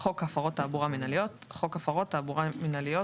"חוק הפרות תעבורה מינהליות" חוק הפרות תעבורה מינהליות,